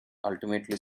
ultimately